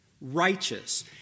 righteous